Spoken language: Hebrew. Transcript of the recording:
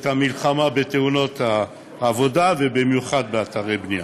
את המלחמה בתאונות העבודה ובמיוחד באתרי בנייה.